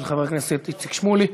של חבר הכנסת איציק שמולי.